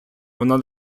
вона